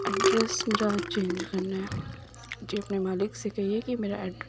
address میرا change کرنا ہے جی اپنے مالک سے کہیے کہ میرا ایڈ